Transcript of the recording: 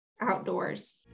outdoors